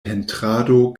pentrado